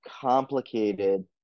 complicated